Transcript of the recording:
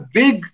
big